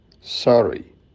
sorry